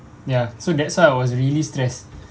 ya so that's why I was really stress